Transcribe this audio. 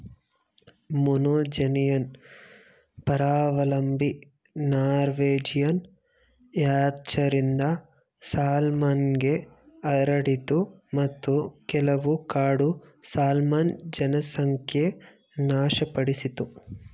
monogenean ಪರಾವಲಂಬಿ Norwegian ಹ್ಯಾಚರಿಂದ ಸಾಲ್ಮನ್ಗೆ ಹರಡಿತು ಮತ್ತು ಕೆಲವು ಕಾಡು ಸಾಲ್ಮನ್ ಜನಸಂಖ್ಯೆ ನಾಶಪಡಿಸಿತು